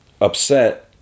upset